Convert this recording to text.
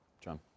John